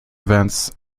events